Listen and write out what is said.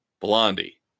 Blondie